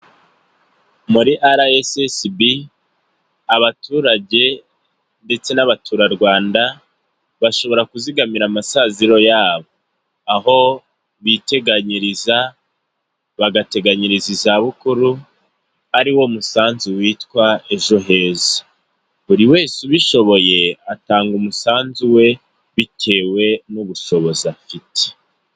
Muri RSSB abaturage ndetse n'abaturarwanda bashobora kuzigamira amasaziro yabo aho biteganyiriza, bagateganyiriza izabukuru ari wo musanzu witwa ejo heza, buri wese ubishoboye atanga umusanzu we bitewe n'ubushobozi afite.